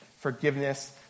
forgiveness